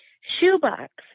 shoebox